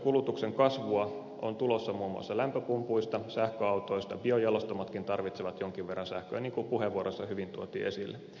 sähkönkulutuksen kasvua on tulossa muun muassa lämpöpumpuista sähköautoista biojalostamotkin tarvitsevat jonkin verran sähköä niin kuin puheenvuoroissa hyvin tuotiin esille